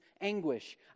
anguish